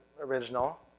original